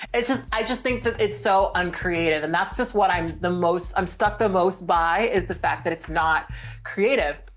it's just, i just think that it's so uncreative and that's just what i'm the most i'm stuck the most by is the fact that it's not creative.